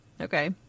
Okay